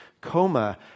coma